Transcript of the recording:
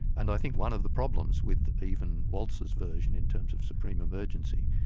and i think one of the problems with even walzer's version in terms of supreme emergency,